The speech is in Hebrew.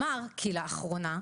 אומר כי לארונה,